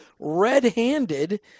red-handed